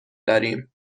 داریم